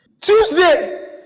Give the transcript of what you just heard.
Tuesday